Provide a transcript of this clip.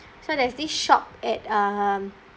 so there's this shop at um